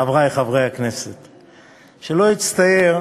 תודה רבה,